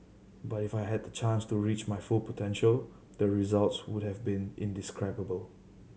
but if I had the chance to reach my full potential the results would have been indescribable